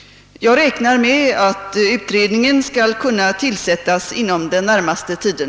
Jag räknar med att utredningen skall kunna tillsättas inom den närmaste tiden.